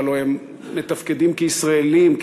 והלוא הם מתפקדים כישראלים,